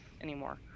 anymore